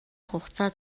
хугацаа